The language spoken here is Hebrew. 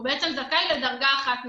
הוא בעצם זכאי לדרגה אחת נוספת.